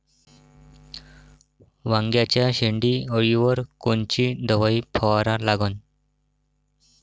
वांग्याच्या शेंडी अळीवर कोनची दवाई फवारा लागन?